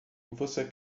você